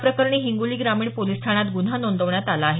प्रकरणी हिंगोली ग्रामीण पोलीस ठाण्यात गुन्हा नोंदवण्यात आला आहे